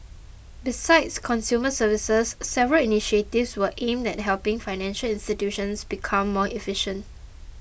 besides consumer services several initiatives were aimed at helping financial institutions become more efficient